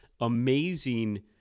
amazing